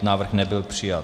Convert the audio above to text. Návrh nebyl přijat.